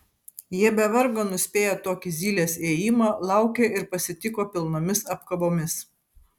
jie be vargo nuspėjo tokį zylės ėjimą laukė ir pasitiko pilnomis apkabomis